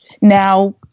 now